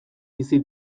bizi